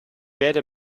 werde